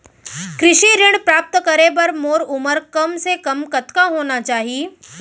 कृषि ऋण प्राप्त करे बर मोर उमर कम से कम कतका होना चाहि?